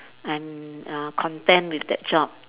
I'm uh content with that job